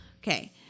Okay